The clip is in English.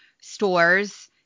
stores